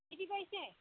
किती पैसे